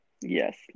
yes